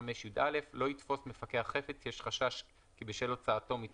5יא.תפיסה לא יתפוס מפקח חפץ שיש חשש כי בשל הוצאתו מידי